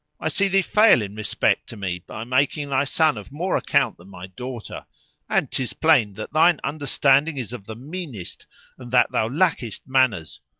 i see thee fail in respect to me by making thy son of more account than my daughter and tis plain that thine understanding is of the meanest and that thou lackest manners.